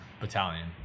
battalion